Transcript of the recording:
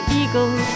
eagle